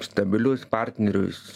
stabilius partnerius